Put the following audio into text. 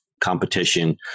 competition